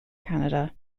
canada